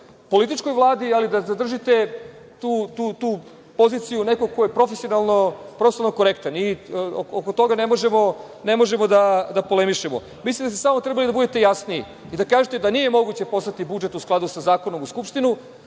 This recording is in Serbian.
političkoj Vladi, ali da zadržite tu poziciju nekog ko je profesionalno korektan i oko toga ne možemo da polemišemo. Mislim da ste samo trebali da budete jasniji i da kažete da nije moguće poslati budžet u skladu sa zakonom u Skupštinu